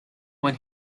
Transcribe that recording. when